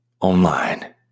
Online